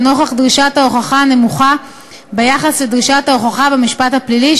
לנוכח דרישת ההוכחה הנמוכה ביחס לדרישת ההוכחה במשפט הפלילי,